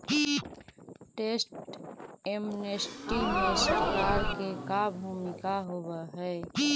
tax amnesty में सरकार के का भूमिका होव हई